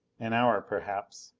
an hour perhaps.